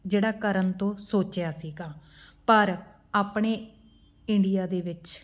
ਜਿਹੜਾ ਕਰਨ ਤੋਂ ਸੋਚਿਆ ਸੀਗਾ ਪਰ ਆਪਣੇ ਇੰਡੀਆ ਦੇ ਵਿੱਚ